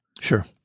Sure